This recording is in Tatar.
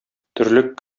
терлек